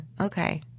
Okay